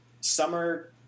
summer